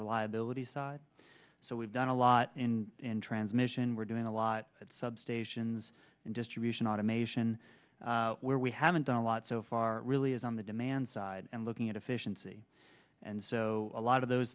reliability side so we've done a lot in transmission we're doing a lot at substations and distribution automation where we haven't done a lot so far really is on the demand side and looking at efficiency and so a lot of those